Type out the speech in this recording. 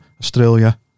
Australia